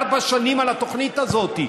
לארבע שנים על התוכנית הזאת.